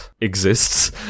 exists